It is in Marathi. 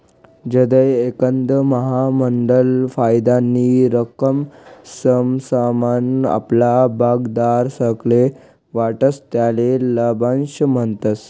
जधय एखांद महामंडळ फायदानी रक्कम समसमान आपला भागधारकस्ले वाटस त्याले लाभांश म्हणतस